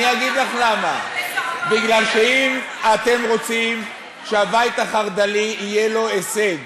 אני אגיד לך למה: מפני שאם אתם רוצים שלבית החרד"לי יהיו הישג